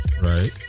Right